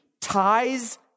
ties